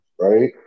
right